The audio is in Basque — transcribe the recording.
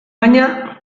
baina